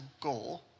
goal